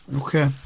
okay